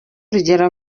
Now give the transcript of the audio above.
urugero